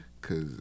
Cause